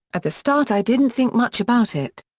at the start i didn't think much about it.